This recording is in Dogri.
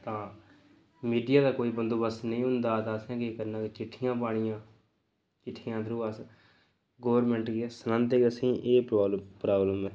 तां मीडिया दा कोई बंदोबस्त नेईं होंदा हा तां असें केह् करना की चिट्ठियां पानियां चिट्ठियां दे थ्रू अस गौरमेंट गी सनांदे हे कि असें गी एह् प्रॉब्लम ऐ